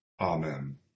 Amen